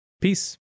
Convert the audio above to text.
Peace